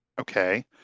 Okay